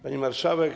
Pani Marszałek!